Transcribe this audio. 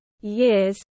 years